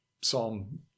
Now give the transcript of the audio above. Psalm